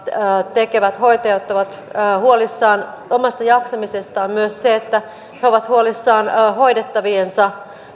tekevät hoitajat ovat huolissaan omasta jaksamisestaan niin myös se että he ovat huolissaan hoidettaviensa